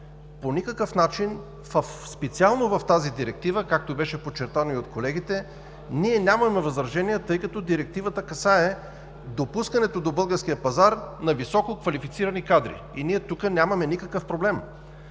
по никакъв начин, специално в тази директива, както беше подчертано и от колегите, ние нямаме възражения, тъй като Директивата касае допускането до българския пазар на висококвалифицирани кадри, и ние тук нямаме никакъв проблем.